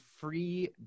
free